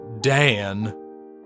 Dan